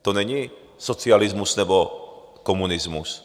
To není socialismus nebo komunismus.